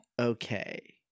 Okay